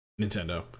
Nintendo